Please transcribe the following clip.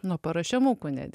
nuo paruošiamukų net